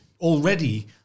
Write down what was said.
already